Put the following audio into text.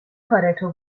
کارتو